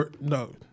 No